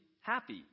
happy